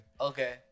Okay